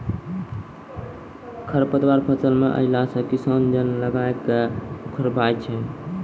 खरपतवार फसल मे अैला से किसान जन लगाय के उखड़बाय छै